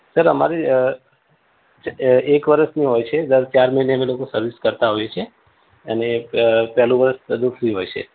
sir અમારી એક વરસની હોય છે દર ચાર મહિને અમે લોકો સર્વિસ કરતાં હોઈએ છીએ અને પહેલું વરસ સર્વિસ ફ્રી હોય છે